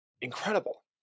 incredible